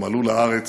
הם עלו לארץ,